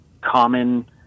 common